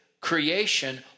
creation